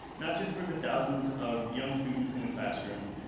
not just for the thousands of young students in the classroom,